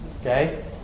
Okay